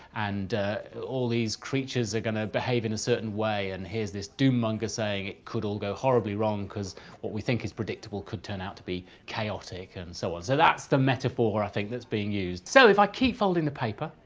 and all these creatures are going to behave in a certain way. and here's this doom-monger saying it could all go horribly wrong because what we think is predictable could turn out to be chaotic and so on. so that's the metaphor, i think, that's being used. so if i keep folding the paper,